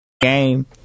Game